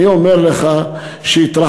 אני אומר לך שהתרחקתי,